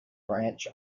branch